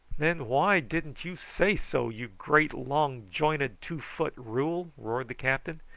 then why didn't you say so, you great, long-jointed two-foot rule? roared the captain.